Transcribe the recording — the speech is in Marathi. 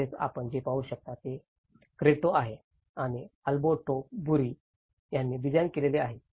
तसेच आपण जे पाहू शकता ते क्रेट्टो आहे जे अल्बर्टो बुरी यांनी डिझाइन केलेले आहे